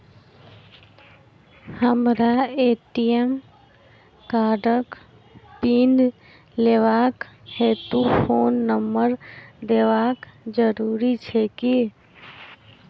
हमरा ए.टी.एम कार्डक पिन लेबाक हेतु फोन नम्बर देबाक जरूरी छै की?